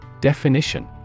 Definition